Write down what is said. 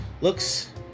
looks